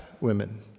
women